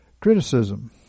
Criticism